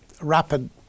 rapid